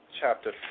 Chapter